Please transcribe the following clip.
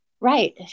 right